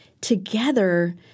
together